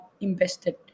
invested